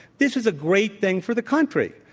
this is a great thing for the country.